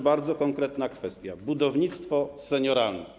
Bardzo konkretna kwestia - budownictwo senioralne.